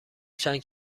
چند